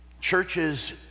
churches